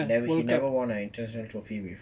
he he never won an international trophy with